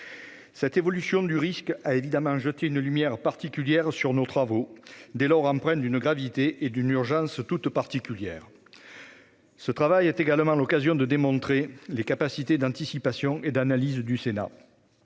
Cette évolution du risque a évidemment jeté une lumière particulière sur nos travaux et les a empreints d'une gravité et d'une urgence toutes particulières. L'examen de cette proposition de loi est l'occasion de démontrer les capacités d'anticipation et d'analyse du Sénat.